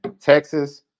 Texas